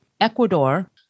Ecuador